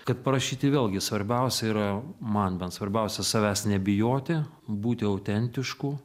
kad parašyti vėlgi svarbiausia yra man bent svarbiausia savęs nebijoti būti autentišku